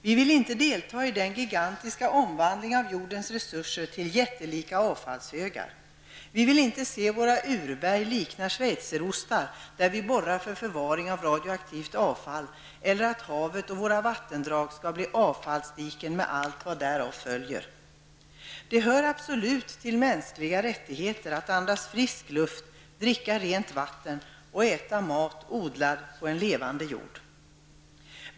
Vi vill inte delta i en gigantisk omvandling av jordens resurser till jättelika avfallshögar. Vi vill inte se våra urberg likna schweizerostar, där vi borrar för förvaring av radioaktivt avfall. Vi vill inte att havet och våra vatten skall bli avfallsdiken med allt vad därav följer. Det hör absolut till mänskliga rättigheter att andas frisk luft, dricka rent vatten och äta mat odlad på en levande jord.